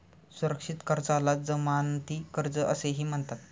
सुरक्षित कर्जाला जमानती कर्ज असेही म्हणतात